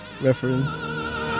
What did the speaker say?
reference